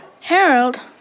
Harold